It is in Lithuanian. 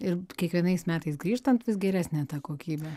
ir kiekvienais metais grįžtant vis geresnė ta kokybė